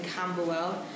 Camberwell